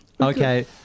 Okay